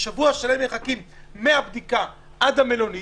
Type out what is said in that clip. שבוע שלם מחכים מהבדיקה ועד המלונית.